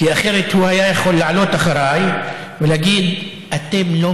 כי אחרת הוא היה יכול לעלות אחריי ולהגיד: אתם לא